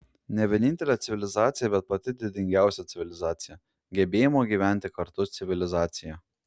ne vienintelė civilizacija bet pati didingiausia civilizacija gebėjimo gyventi kartu civilizacija